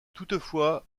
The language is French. toutefois